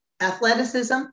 athleticism